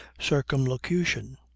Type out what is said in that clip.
circumlocution